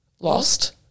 lost